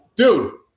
Dude